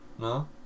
No